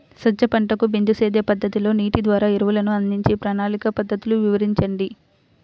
సజ్జ పంటకు బిందు సేద్య పద్ధతిలో నీటి ద్వారా ఎరువులను అందించే ప్రణాళిక పద్ధతులు వివరించండి?